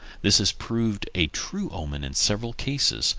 this has proved a true omen in several cases,